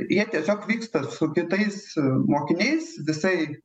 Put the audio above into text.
jie tiesiog vyksta su kitais mokiniais visai